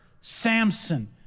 Samson